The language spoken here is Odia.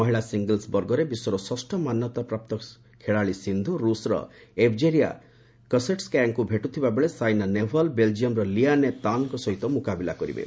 ମହିଳା ସିଙ୍ଗିଲ୍ସ ବର୍ଗରେ ବିଶ୍ୱର ଷଷ ମାନ୍ୟତାପ୍ରାପ୍ତ ଖେଳାଳି ସିନ୍ଧୁ ରୁଷ୍ର ଏଭ୍ଜେରିଆ କୋସେଟ୍ସ୍କାୟାଙ୍କୁ ଭେଟିବାକୁ ଥିବାବେଳେ ସାଇନା ନେହୱାଲ ବେଲ୍ଜିୟମ୍ର ଲିଆନେ ତାନ୍ଙ୍କ ସହ ମୁକାବିଲା କରିବେ